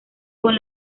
con